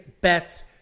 bets